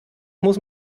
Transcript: muss